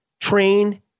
train